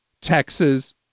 Texas